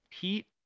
Pete